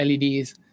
LEDs